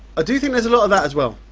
ah do think there's a lot of that as well.